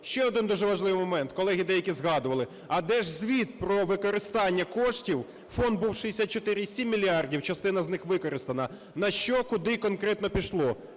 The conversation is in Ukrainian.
Ще один дуже важливий момент, колеги деякі згадували. А де ж звіт про використання коштів? Фонд був 64,7 мільярда, частина з них використана, на що куди конкретно пішло?